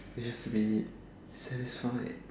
you have to be satisfied